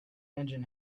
engine